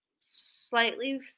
slightly